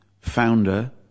founder